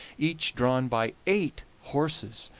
each drawn by eight horses,